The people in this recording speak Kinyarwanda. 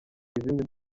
izindi